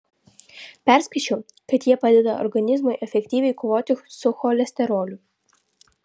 perskaičiau kad jie padeda organizmui efektyviai kovoti su cholesteroliu